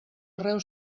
arreu